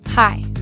Hi